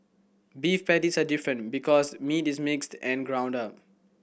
beef patties are different because meat is mixed and ground up